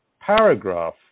paragraph